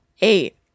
eight